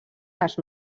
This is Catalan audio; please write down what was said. les